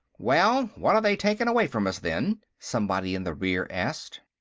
well, what are they taking away from us, then? somebody in the rear asked.